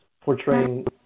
portraying